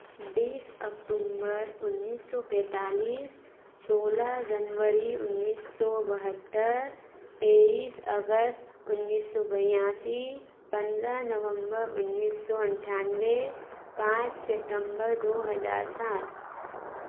बीस अक्टूंबर उन्नीस सौ पैंतालीस सोलह जनवरी उन्नीस सौ बहत्तर तेईस अगस्त उन्नीस सौ बयासी पन्द्रह नवंबर उन्नीस सौ अट्ठानवे पाँच सितंबर दो हजार सात